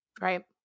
Right